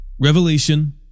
Revelation